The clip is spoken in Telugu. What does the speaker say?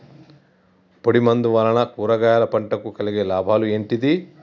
పొడిమందు వలన కూరగాయల పంటకు కలిగే లాభాలు ఏంటిది?